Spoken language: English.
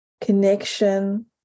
connection